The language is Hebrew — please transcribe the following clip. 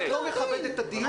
את לא מכבדת את הדיון.